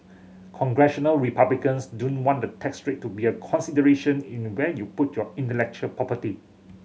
Congressional Republicans don't want the tax rate to be a consideration in where you put your intellectual property